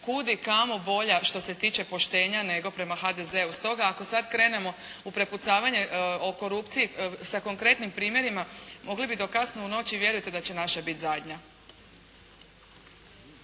kud i kamo bolja što se tiče poštenja nego prema HDZ-u. Stoga ako sada krenemo u prepucavanje o korupciji sa konkretnim primjerima, mogli bi do kasno u noć i vjerujte da će naša biti zadnja.